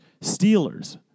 Steelers